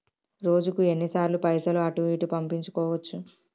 రోజుకు ఎన్ని సార్లు పైసలు అటూ ఇటూ పంపించుకోవచ్చు?